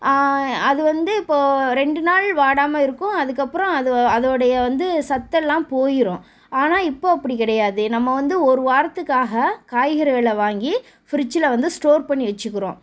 அது வந்து இப்போது ரெண்டு நாள் வாடாமல் இருக்கும் அதுக்கப்புறம் அது அதோடைய வந்து சத்தெல்லாம் போயிடும் ஆனால் இப்போது அப்படி கிடையாது நம்ம வந்து ஒரு வாரத்துக்காக காய்கறிகளை வாங்கி ஃப்ரிட்ஜில் வந்து ஸ்டோர் பண்ணி வச்சிக்குறோம்